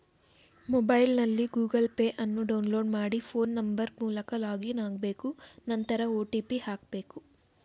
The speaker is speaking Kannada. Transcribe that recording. ಮೊಬೈಲ್ನಲ್ಲಿ ಗೂಗಲ್ ಪೇ ಅನ್ನು ಡೌನ್ಲೋಡ್ ಮಾಡಿ ಫೋನ್ ನಂಬರ್ ಮೂಲಕ ಲಾಗಿನ್ ಆಗ್ಬೇಕು ನಂತರ ಒ.ಟಿ.ಪಿ ಹಾಕ್ಬೇಕು